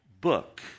book